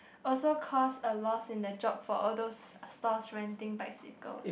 also cost a lost in the job for all those stores renting bicycles